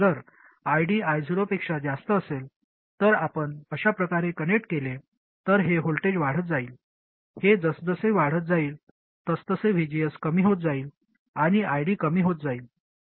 जर ID I0 पेक्षा जास्त असेल तर आपण अशा प्रकारे कनेक्ट केले तर हे व्होल्टेज वाढत जाईल हे जसजसे वाढत जाईल तसतसे VGS कमी होत जाईल आणि ID कमी होत जाईल